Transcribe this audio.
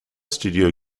studio